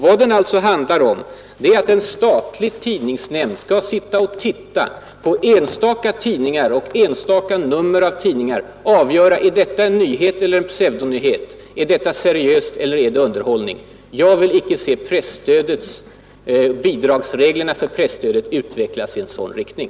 Vad den handlar om är att en statlig tidningsnämnd skall granska enstaka tidningar och enstaka nummer av tidningar och avgöra: Är detta en nyhet, eller är det en pseudonyhet? Är detta seriöst, eller är det underhållning? Jag vill icke se bidragsreglerna för presstödet utvecklas i sådan riktning.